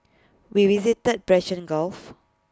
we visited the Persian gulf